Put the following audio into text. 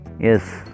yes